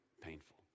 painful